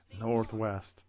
Northwest